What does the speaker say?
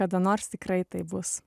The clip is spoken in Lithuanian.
kada nors tikrai taip bus